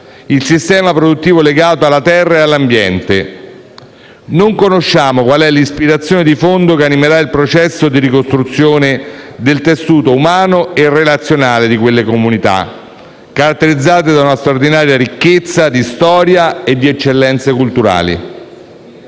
il sistema produttivo legato alla terra e all'ambiente. Non conosciamo qual è l'ispirazione di fondo che animerà il processo di ricostruzione del tessuto umano e relazionale di quelle comunità, caratterizzate da una straordinaria ricchezza di storia e di eccellenze culturali.